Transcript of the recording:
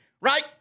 right